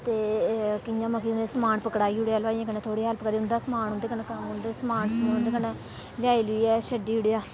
ते कियां मतलब कि सामन पकडा़ई ओड़ेआ हलबाई कन्नै थोह्ड़ी हेल्फ करी ओड़ी उंदा समान उंदे कन्नै सामन बगैरा लेई लाइयै छड्डी ओड़ेआ